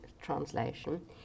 translation